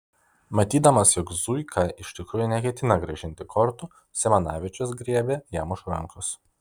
matydamas jog zuika iš tikrųjų neketina grąžinti kortų simanavičius griebė jam už rankos